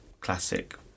classic